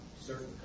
certain